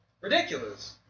Ridiculous